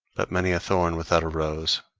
but many a thorn without a rose.